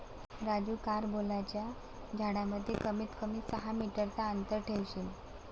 राजू कारंबोलाच्या झाडांमध्ये कमीत कमी सहा मीटर चा अंतर ठेवशील